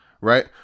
Right